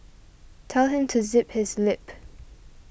tell him to zip his lip